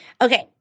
Okay